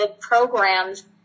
programs